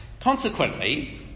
Consequently